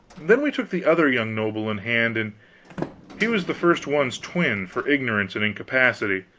then we took the other young noble in hand, and he was the first one's twin, for ignorance and incapacity.